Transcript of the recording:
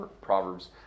Proverbs